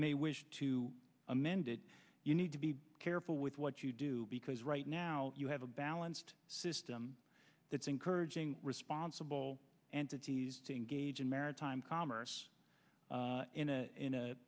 wish to amend it you need to be careful with what you do because right now you have a balanced system that's encouraging responsible entities to engage in maritime commerce in a in